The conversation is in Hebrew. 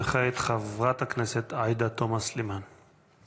וכעת, חברת הכנסת עאידה תומא סלימאן.